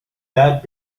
that